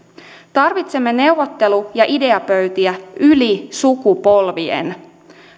tarvitsemme neuvottelu ja ideapöytiä yli sukupolvien